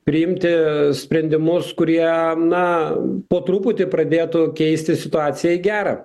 priimti sprendimus kurie na po truputį pradėtų keisti situaciją į gerą